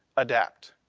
adapt.